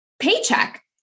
paycheck